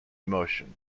emotion